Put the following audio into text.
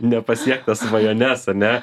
nepasiektas svajones ane